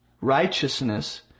righteousness